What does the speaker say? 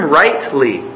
rightly